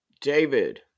David